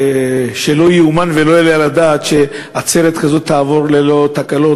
שלא ייאמן ולא יעלה על הדעת שעצרת כזאת תעבור ללא תקלות,